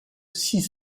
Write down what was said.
six